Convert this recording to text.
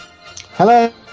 Hello